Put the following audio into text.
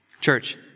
Church